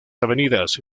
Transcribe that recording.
avenidas